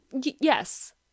yes